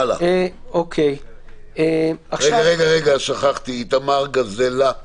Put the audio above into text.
איתמר גזלה,